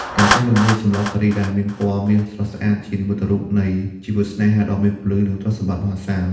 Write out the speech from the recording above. ការចែករំលែក "សម្លការី" ដែលមានពណ៌មាសស្រស់ស្អាត ជានិមិត្តរូបនៃជីវិតស្នេហាដ៏មានពន្លឺ និងទ្រព្យសម្បត្តិមហាសាល។